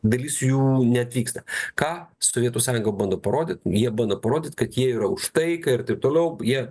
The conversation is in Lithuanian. dalis jų neatvyksta ką sovietų sąjunga bando parodyt jie bando parodyt kad jie yra už taiką ir taip toliau jie